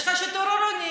יש לך שיטור עירוני,